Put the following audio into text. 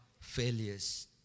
failures